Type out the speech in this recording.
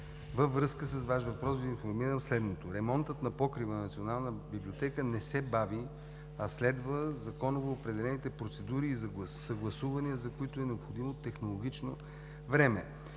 във връзка с въпроса Ви информирам следното: ремонтът на покрива на Националната библиотека не се бави, а следват законово определените процедури и съгласувания, за които е необходимо технологично време.